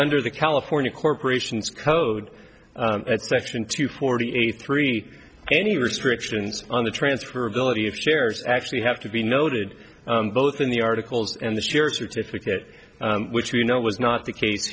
under the california corporation's code section two forty eight three any restrictions on the transfer ability of shares actually have to be noted both in the articles and the spirit certificate which you know was not the case